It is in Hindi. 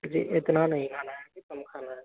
जी इतना नहीं खाना है कम खाना है